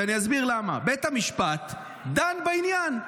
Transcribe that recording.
ואני אסביר למה: בית המשפט דן בעניין.